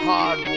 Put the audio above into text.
Hard